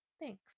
Thanks